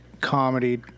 comedy